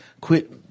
Quit